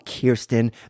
Kirsten